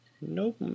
Nope